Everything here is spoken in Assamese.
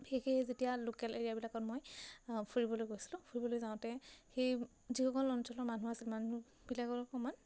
বিশেষ যেতিয়া লোকেল এৰিয়াবিলাকত মই ফুৰিবলৈ গৈছিলোঁ ফুৰিবলৈ যাওঁতে সেই যিসকল অঞ্চলৰ মানুহ আছিল মানুহবিলাকৰ লগত অকমান